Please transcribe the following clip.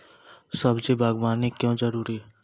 सब्जी बागवानी क्यो जरूरी?